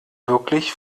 wirklich